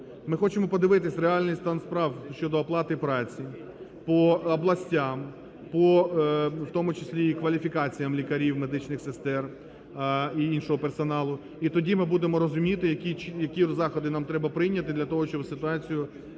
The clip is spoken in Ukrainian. ми хочемо подивитись реальний стан справ щодо оплати праці по областям, по в тому числі і кваліфікаціям лікарів, медичних сестер і іншого персоналу. І тоді ми будемо розуміти, які заходи нам треба прийняти для того, щоб ситуацію в кращий